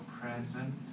present